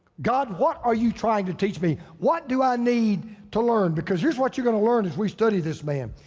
god what are you trying to teach me? what do i need to learn? because here's what you're gonna learn as we study this man.